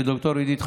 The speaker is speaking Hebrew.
לד"ר עידית חנוכה,